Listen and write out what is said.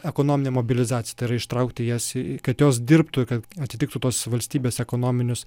ekonominė mobilizacija tai yra ištraukti jas į kad jos dirbtų kad atitiktų tuos valstybės ekonominius